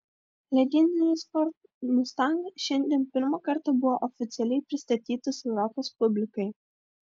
legendinis ford mustang šiandien pirmą kartą buvo oficialiai pristatytas europos publikai